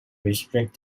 restrict